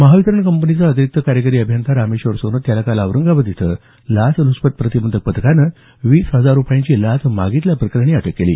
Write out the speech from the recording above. महावितरण कंपनीचा अतिरीक्त कार्यकारी अभियंता रामेश्वर सोनत याला काल औरंगाबाद इथं लाचलुचपत प्रतिबंधक पथकानं वीस हजार रूपयांची लाच मागितल्या प्रकरणी अटक केली